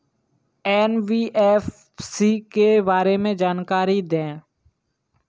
NBFC के बारे में जानकारी दें?